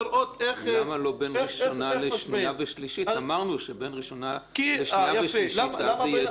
איך- -- אמרנו שבין ראשונה לשנייה ושלישית יהיו דיונים.